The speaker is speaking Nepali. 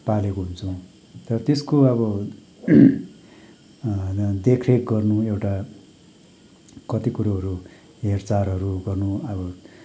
पालेको हुन्छौँ तर त्यसको अब देखरेख गर्नु एउटा कति कुरोहरू हेरचाहहरू गर्नु अब